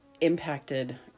impacted